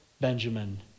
Benjamin